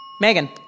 Megan